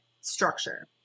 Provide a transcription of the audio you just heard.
structure